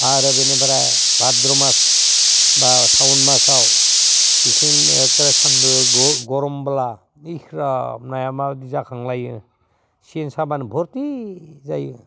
आरो बेनिफ्राय भाद्र' मास बा सावन मासाव बेसें एखदम सान्दु बुहुद गरमबोला इस राम नाया मा जाखांलायो सेन साब्लानो भर्ति जायो